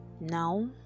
now